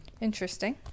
Interesting